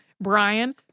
Brian